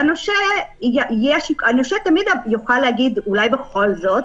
והנושה תמיד יוכל להגיד: אולי בכל זאת,